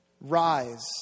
Rise